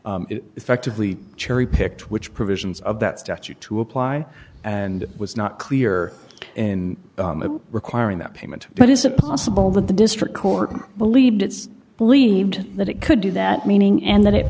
effectively cherry picked which provisions of that statute to apply and was not clear in requiring that payment but is it possible that the district court believed its believed that it could do that meaning and that it